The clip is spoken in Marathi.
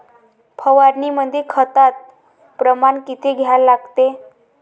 फवारनीमंदी खताचं प्रमान किती घ्या लागते?